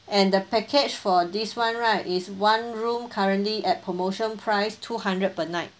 and the package for this one right is one room currently at promotion price two hundred per night